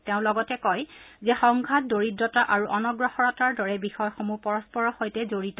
তেওঁ লগতে কয় যে সংঘাত দৰিদ্ৰতা আৰু অনগ্ৰসৰতাৰ দৰে বিষয়সমূহ পৰস্পৰৰ সৈতে জড়িত